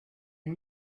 and